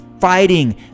fighting